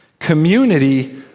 Community